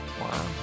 Wow